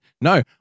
No